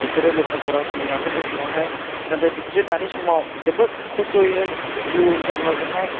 बिसोरो लेखा फरा सोलोङाखै बे समावहाय नाथाय बिसोरो दानि समाव जोबोत खस्थ'यै जिउ जारलाजोंहाय